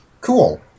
Cool